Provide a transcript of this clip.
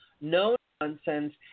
no-nonsense